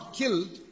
killed